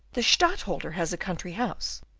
the stadtholder has a country-house,